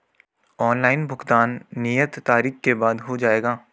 Online भुगतान नियत तारीख के बाद हो जाएगा?